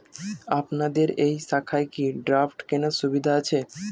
আপনাদের এই শাখায় কি ড্রাফট কেনার সুবিধা আছে?